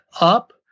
up